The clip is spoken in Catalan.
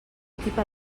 tipa